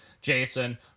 Jason